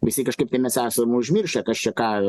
visi kažkaip tai mes esam užmiršę kas čia ką